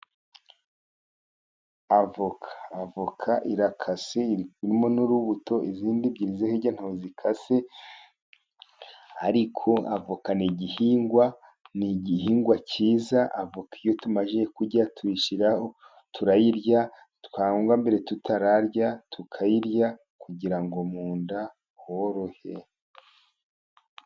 Avoka, avoka irakase irimo n'urubuto izindi ebyiri zo hirya ntabwo zikase, ariko avoka ni igihingwa ni igihingwa cyiza, avoka iyo tumaze kurya turayirya cyangwa mbere tutararya tukayirya, kugira ngo mu nda horohe.